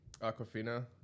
Aquafina